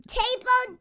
table